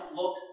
look